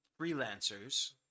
Freelancers